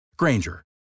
Granger